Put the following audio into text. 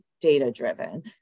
data-driven